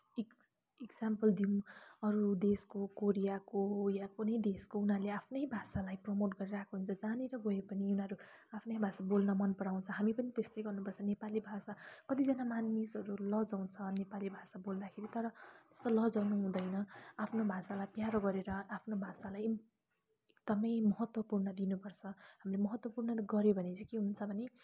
इक इक्जाम्पल दिऊँ अरू देशको कोरियाको या कुनै देशको उनीहरूले आफ्नै भाषालाई प्रोमोट गरिरहेको हुन्छ जहाँनिर गए पनि उनीहरू आफ्नै भाषा बोल्न मन पराउँछ हामी पनि त्यस्तै गर्नु पर्छ नेपाली भाषा कतिजना मानिसहरू लजाउँछ नेपाली भाषा बोल्दाखेरि तर त्यस्तो लजाउनु हुँदैन आफ्नो भाषालाई प्यारो गरेर आफ्नो भाषालाई एकदमै महत्त्वपूर्ण दिनु पर्छ हामले महत्त्वपूर्णले गर्यो भने चाहिँ के हुन्छ भने